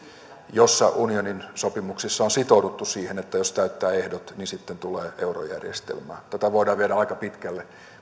ja unionin sopimuksissa on sitouduttu siihen että jos täyttää ehdot sitten tulee eurojärjestelmä tätä voidaan viedä aika pitkälle